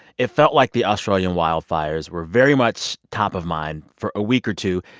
it felt like the australian wildfires were very much top of mind for a week or two,